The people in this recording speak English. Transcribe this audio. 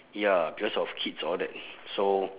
ya because of kids all that so